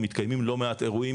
מתקיימים לא מעט אירועים,